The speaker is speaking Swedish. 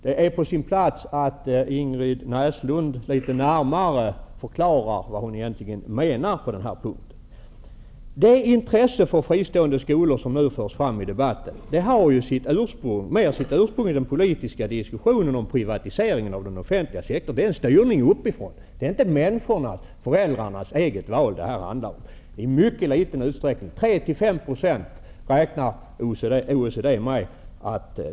Det är på sin plats att Ingrid Näslund litet närmare förklarar vad hon egentligen menar. Det intresse för fristående skolor som har förts fram i debatten har sitt ursprung i den politiska diskussionen om privatisering av den offentliga sektorn. Det är styrning uppifrån. Det handlar inte om människornas, föräldrarnas, eget val. OECD räknar med att det bara skall bli fråga om tre till fem procent.